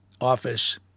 office